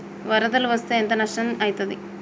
వరదలు వస్తే ఎంత నష్టం ఐతది?